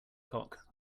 cock